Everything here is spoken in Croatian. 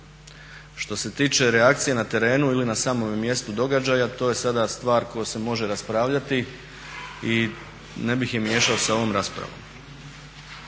Što se tiče reakcije na terenu ili na samome mjestu događaja to je sada stvar koja se može raspravljati i ne bih je miješao sa ovom raspravom.